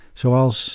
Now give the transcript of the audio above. zoals